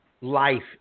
life